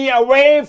away